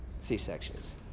C-sections